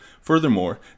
Furthermore